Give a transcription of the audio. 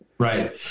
right